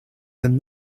than